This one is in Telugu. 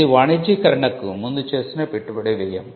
ఇది వాణిజ్యీకరణకు ముందు చేసిన పెట్టుబడి వ్యయం